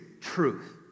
truth